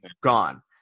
gone